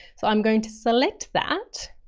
so i'm going to select that.